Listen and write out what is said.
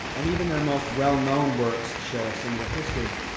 and even their most well known works share a similar history.